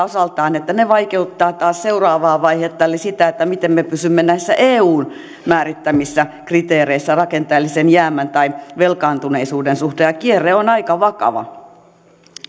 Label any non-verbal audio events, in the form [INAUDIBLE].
[UNINTELLIGIBLE] osaltaan että ne vaikeuttavat taas seuraavaa vaihetta eli sitä miten me pysymme eun määrittämissä kriteereissä rakenteellisen jäämän tai velkaantuneisuuden suhteen kierre on aika vakava